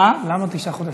למה תשעה חודשים?